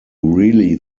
really